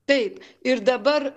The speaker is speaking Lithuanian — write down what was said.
taip ir dabar